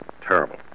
Terrible